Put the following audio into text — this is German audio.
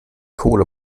kohle